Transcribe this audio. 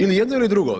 Ili jedno ili drugo.